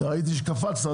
גל, ראיתי שקפצת.